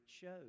shows